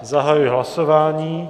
Zahajuji hlasování.